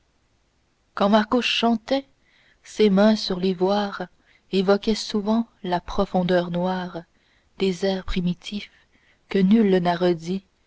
quand marco chantait ses mains sur l'ivoire évoquaient souvent la profondeur noire des airs primitifs que nul n'a redits